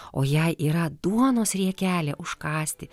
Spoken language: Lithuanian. o jei yra duonos riekelė užkąsti